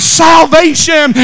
salvation